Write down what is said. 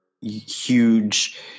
huge